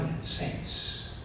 saints